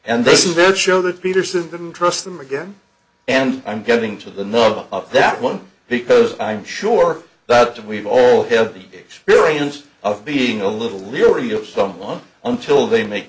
and this is their children peterson didn't trust them again and i'm getting to the nub of that one because i'm sure that we all have the experience of being a little leery of someone until they make